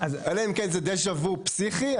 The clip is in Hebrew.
אלא אם כן זה "דז'ה-וו" פסיכי,